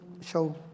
show